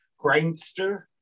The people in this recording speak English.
Grindster